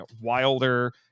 wilder